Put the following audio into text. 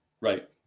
Right